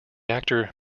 actor